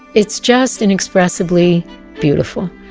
it's just inexpressibly beautiful.